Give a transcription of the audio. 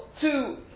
two